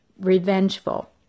revengeful